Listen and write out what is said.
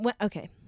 Okay